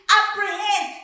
apprehend